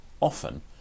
often